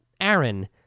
Aaron